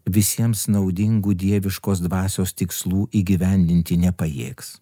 visiems naudingų dieviškos dvasios tikslų įgyvendinti nepajėgs